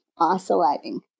isolating